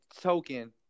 token